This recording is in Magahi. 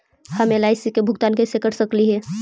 हम एल.आई.सी के भुगतान कैसे कर सकली हे?